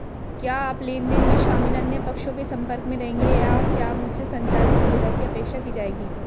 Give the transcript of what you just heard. क्या आप लेन देन में शामिल अन्य पक्षों के संपर्क में रहेंगे या क्या मुझसे संचार की सुविधा की अपेक्षा की जाएगी?